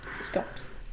stops